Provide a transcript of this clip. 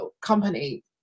company